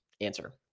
Answer